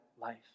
life